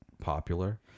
popular